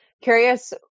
curious